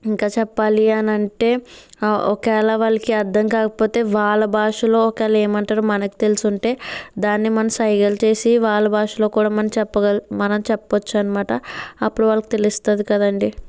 ఇంకా చెప్పాలి అని అంటే ఒకవేళ వాళ్ళకి అర్థం కాకపోతే వాళ్ళ భాషలో ఒకళ్ళేమంటారు మనకు తెలిసుంటే దాన్ని మనం సైగలు చేసి వాళ్ళ భాషలో కూడా మనం చెప్పగల మనం చెప్పొచ్చన్నమాట అప్పుడు వాళ్ళకి తెలుస్తుంది కదండి